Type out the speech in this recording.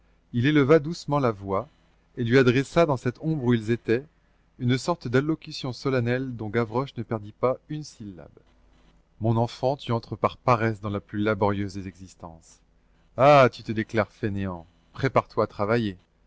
il éleva doucement la voix et lui adressa dans cette ombre où ils étaient une sorte d'allocution solennelle dont gavroche ne perdit pas une syllabe mon enfant tu entres par paresse dans la plus laborieuse des existences ah tu te déclares fainéant prépare-toi à travailler